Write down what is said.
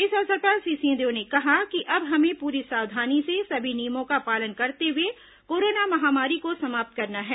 इस अवसर पर श्री सिंहदेव ने कहा कि अब हमें पूरी सावधानी से सभी नियमों का पालन करते हुए कोरोना महामारी को समाप्त करना है